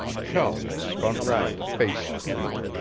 chum had spun round to face the two.